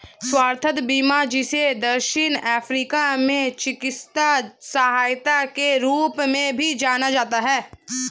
स्वास्थ्य बीमा जिसे दक्षिण अफ्रीका में चिकित्सा सहायता के रूप में भी जाना जाता है